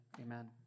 amen